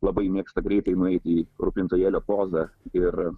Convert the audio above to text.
labai mėgsta greitai nueiti į rūpintojėlio pozą ir